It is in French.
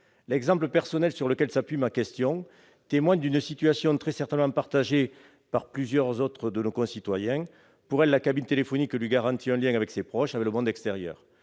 L'exemple personnel sur lequel s'appuie ma question témoigne d'une situation très certainement partagée par plusieurs autres de nos concitoyens. Pour eux, la cabine téléphonique garantit un lien avec leurs proches et le monde extérieur.